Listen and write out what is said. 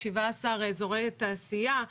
17 אזורי תעשייה.